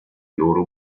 loro